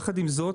יחד עם זאת,